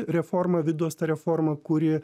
reforma vidos ta reforma kuri